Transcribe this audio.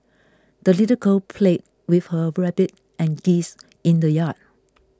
the little girl played with her rabbit and geese in the yard